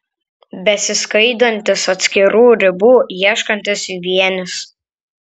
besiskaidantis atskirų ribų ieškantis vienis